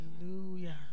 Hallelujah